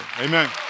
Amen